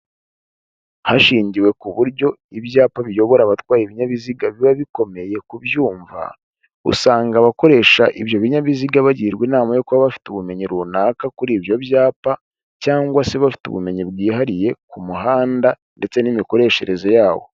Hashingiwe ku buryo ibyapa biyobora abatwaye ibinyabiziga biba bikomeye kubyumva, usanga abakoresha ibyo binyabiziga bagirwa inama yo kuba bafite ubumenyi runaka, kuri ibyo byapa cyangwa se bafite ubumenyi bwihariye ku muhanda ndetse n'imikoreshereze yawo.